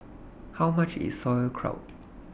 How much IS Sauerkraut